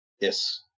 Yes